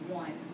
one